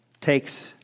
takes